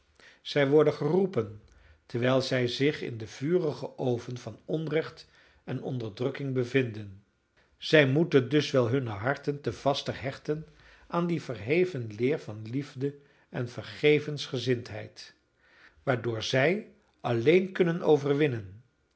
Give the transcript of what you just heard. zij worden geroepen terwijl zij zich in den vurigen oven van onrecht en onderdrukking bevinden zij moeten dus wel hunne harten te vaster hechten aan die verheven leer van liefde en vergevensgezindheid waardoor zij alleen kunnen overwinnen